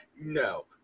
no